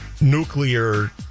nuclear